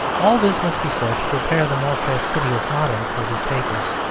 all this must be said to prepare the more fastidious modern for these papers,